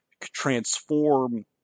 transform